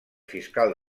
fiscal